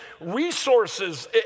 resources